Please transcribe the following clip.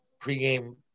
pregame